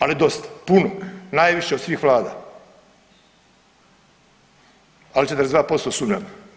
Ali dosta, puno, najviše od svih vlada, ali 42% sumnjam.